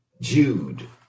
Jude